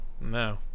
No